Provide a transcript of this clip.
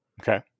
okay